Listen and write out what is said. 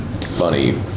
funny